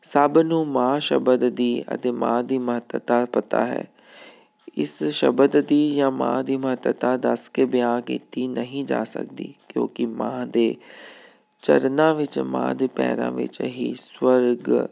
ਸਭ ਨੂੰ ਮਾਂ ਸ਼ਬਦ ਦੀ ਅਤੇ ਮਾਂ ਦੀ ਮਹੱਤਤਾ ਪਤਾ ਹੈ ਇਸ ਸ਼ਬਦ ਦੀ ਜਾਂ ਮਾਂ ਦੀ ਮਹੱਤਤਾ ਦੱਸ ਕੇ ਬਿਆਨ ਕੀਤੀ ਨਹੀਂ ਜਾ ਸਕਦੀ ਕਿਉਂਕਿ ਮਾਂ ਦੇ ਚਰਨਾਂ ਵਿੱਚ ਮਾਂ ਦੇ ਪੈਰਾਂ ਵਿੱਚ ਹੀ ਸਵਰਗ